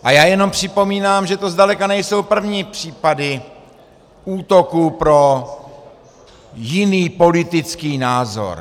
A já jenom připomínám, že to zdaleka nejsou první případy útoku pro jiný politický názor.